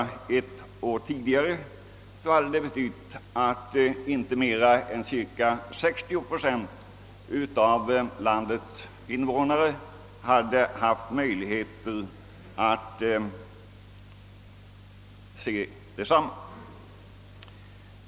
Men om programmet startade ett år tidigare, skulle inte mer än cirka 60 procent av landets innevånare ha möjlighet att se det.